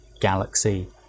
galaxy